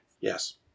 Yes